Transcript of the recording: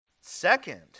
Second